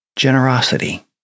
Generosity